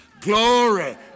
Glory